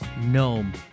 Gnome